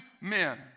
men